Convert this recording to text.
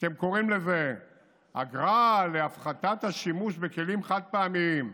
אתם קוראים לזה אגרה להפחתת השימוש בכלים חד-פעמיים,